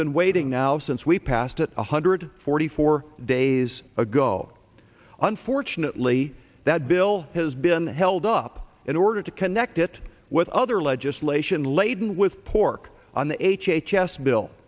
been waiting now since we passed it one hundred forty four days ago unfortunately that bill has been held up in order to connect it with other legislation laden with pork on the h h s bill